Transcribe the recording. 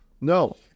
No